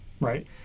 Right